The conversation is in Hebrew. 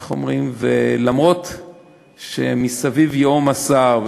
ולמרות שמסביב ייהום הסער,